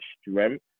strength